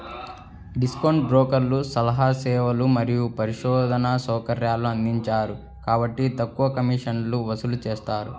discount బ్రోకర్లు సలహా సేవలు మరియు పరిశోధనా సౌకర్యాలను అందించరు కాబట్టి తక్కువ కమిషన్లను వసూలు చేస్తారు